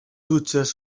dutxes